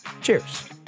Cheers